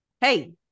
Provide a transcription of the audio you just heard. Hey